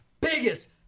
biggest